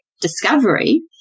discovery